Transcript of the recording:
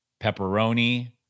pepperoni